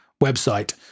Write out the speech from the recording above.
website